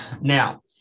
Now